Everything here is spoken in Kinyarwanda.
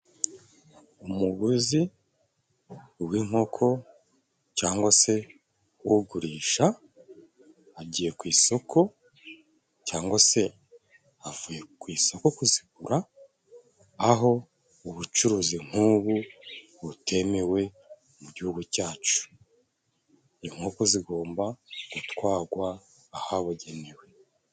Umuguzi w'inkoko cangwa se ugurisha agiye ku isoko cyangwa se avuye ku isoko kuzigura aho ubucuruzi nk'ubu butemewe mu gihugu cyacu, inkoko zigomba gutwagwa ahabugenewe.